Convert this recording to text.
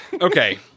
okay